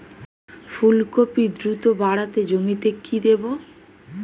ফুলকপি দ্রুত বাড়াতে জমিতে কি দেবো?